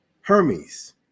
Hermes